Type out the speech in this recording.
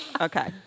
Okay